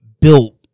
built